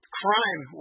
crime